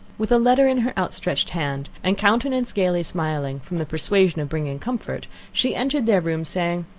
with a letter in her outstretched hand, and countenance gaily smiling, from the persuasion of bringing comfort, she entered their room, saying,